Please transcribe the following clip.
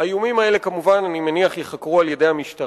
אני מניח שהאיומים האלה ייחקרו על-ידי המשטרה,